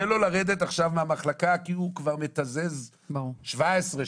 לו לרדת עכשיו מהמחלקה כי הוא כבר מתזז 17 שעות.